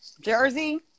Jersey